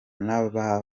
n’aba